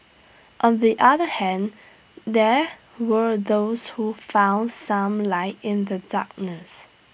on the other hand there were those who found some light in the darkness